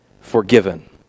forgiven